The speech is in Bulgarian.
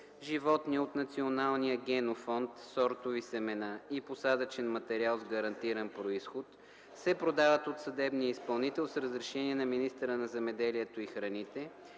Животни от националния генофонд, сортови семена и посадъчен материал с гарантиран произход се продават от съдебния изпълнител с разрешение на министъра на земеделието и храните